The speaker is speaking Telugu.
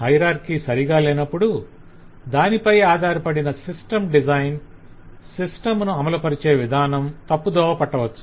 హయరార్కి సరిగా లేనప్పుడు దానిపై ఆధారపడిన సిస్టం డిజైన్ సిస్టంను అమలు పరచే విధానం తప్పుదోవ పట్టవచ్చు